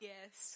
Yes